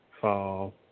fall